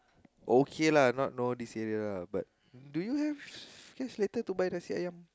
okay lah not know this area lah but do you have space later to buy nasi-ayam